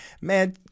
Man